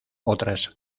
otras